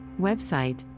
website